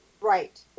Right